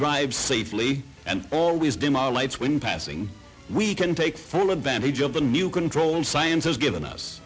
drive safely and always been our lights when passing we can take full advantage of the new control science has given us